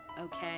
okay